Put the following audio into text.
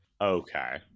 Okay